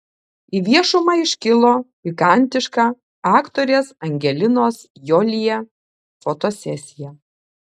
į viešumą iškilo pikantiška aktorės angelinos jolie fotosesija